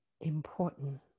important